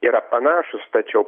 yra panašūs tačiau